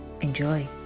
Enjoy